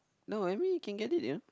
no I mean you can get it ya